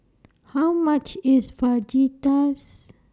How much IS Fajitas